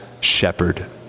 shepherd